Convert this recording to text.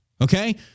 Okay